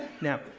Now